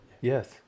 Yes